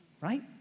right